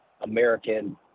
american